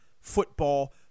Football